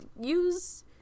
use